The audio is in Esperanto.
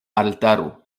altaro